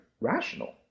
rational